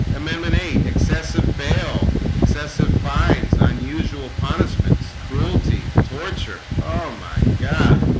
um emanate excessive bail excessive fines unusual punishments cruelty torture. oh my god